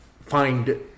find